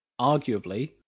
arguably